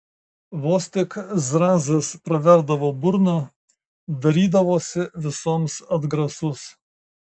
vos tik zrazas praverdavo burną darydavosi visoms atgrasus